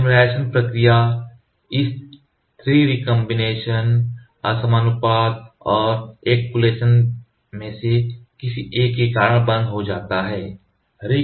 polymerisation प्रक्रिया इस 3 recombination असमानुपातन और अक्लूश़न Occlusion रुकावट में से किसी एक के कारण बंद हो जाता है